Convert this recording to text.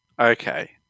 Okay